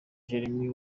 jeremie